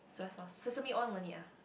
soya sauce sesame sauce all no need ah